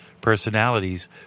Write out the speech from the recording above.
personalities